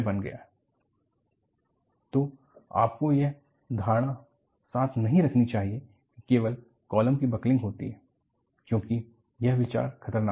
So you should not carry the impression only columns will buckle because that is the danger तो आपको यह धारणा साथ नहीं रखनी चाहिए कि केवल कॉलम की बकलिंग होती है क्योंकि यह विचार खतरनाक है